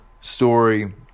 story